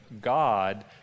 God